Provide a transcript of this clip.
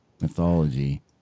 mythology